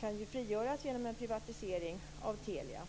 kan frigöras genom en privatisering av Telia.